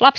lapsiperheiden hyvinvointi